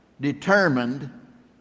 determined